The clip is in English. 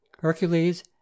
HERCULES